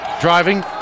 Driving